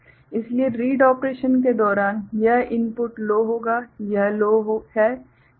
इसलिए read operation के दौरान यह इनपुट लो होगा यह लो है